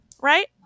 right